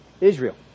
Israel